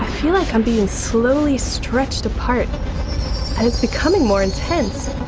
feel like i'm being slowly stretched apart, and it's becoming more intense.